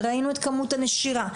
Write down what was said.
וראינו את כמות הנשירה.